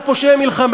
ביטחון.